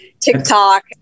TikTok